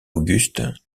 auguste